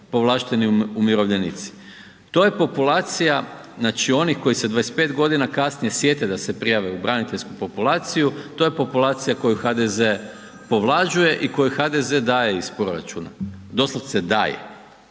povlašteni umirovljenici. To je populacija znači onih koji se 25.g. kasnije sjete da se prijave u braniteljsku populaciju, to je populacija koju HDZ povlađuje i kojoj HDZ daje iz proračuna, doslovce daje,